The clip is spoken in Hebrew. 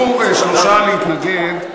שלושה ביקשו להתנגד,